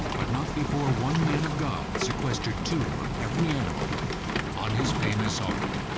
but not before one man of god sequestered two of every animal on his famous ark.